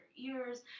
ears